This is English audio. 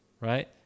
right